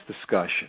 discussion